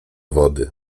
wody